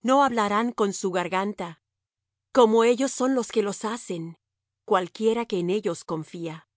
no hablarán con su garganta como ellos son los que los hacen cualquiera que en ellos confía